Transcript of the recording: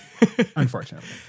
Unfortunately